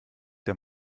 der